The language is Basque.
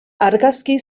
argazki